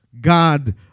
God